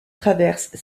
traverse